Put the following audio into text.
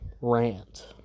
rant